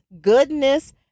goodness